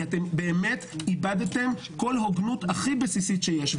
באמת איבדתם כל הוגנות הכי בסיסית שיש,